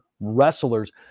wrestlers